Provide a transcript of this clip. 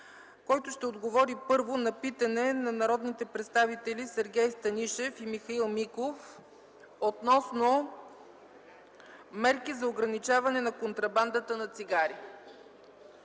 който ще отговори, първо, на питане от народните представители Сергей Станишев и Михаил Миков относно мерки за ограничаване на контрабандата на цигари.